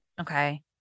Okay